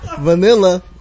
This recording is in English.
Vanilla